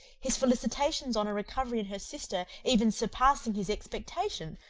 his felicitations on a recovery in her sister even surpassing his expectation,